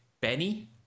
Benny